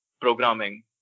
programming